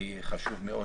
חשוב מאוד